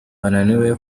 bananiwe